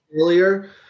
earlier